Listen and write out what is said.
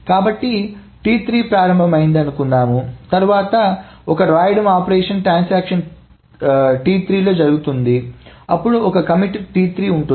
కాబట్టి ప్రారంభం T3 ఒక వ్రాయడం T3 A 1 9 అప్పుడు ఒక కమిట్ T3 ఉంటుంది